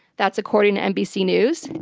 that's according to nbc news.